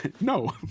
no